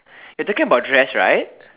you're talking about dress right